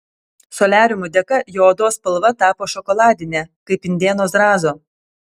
soliariumų dėka jo odos spalva tapo šokoladinė kaip indėno zrazo